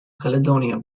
caledonia